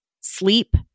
sleep